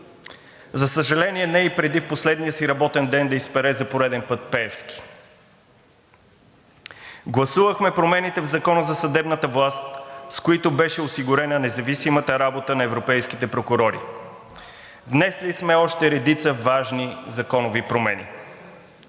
за съжаление, не и преди в последния си работен ден да изпере за пореден път Пеевски. Гласувахме промените в Закона за съдебната власт, с които беше осигурена независимата работа на европейските прокурори. Внесли сме още редица важни законови промени.